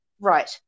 right